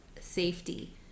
safety